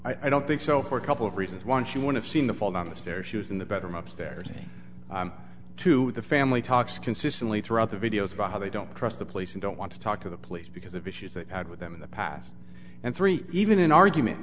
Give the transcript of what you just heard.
here i don't think so for a couple of reasons one she one of seeing the fall down the stairs she was in the bedroom upstairs to the family talks consistently throughout the videos about how they don't trust the place and don't want to talk to the police because of issues that had with them in the past and three even an argument